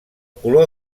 color